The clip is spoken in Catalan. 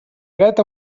dret